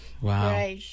Wow